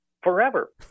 Forever